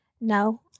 No